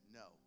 no